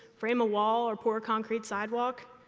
frame a wall, or pour a concrete sidewalk.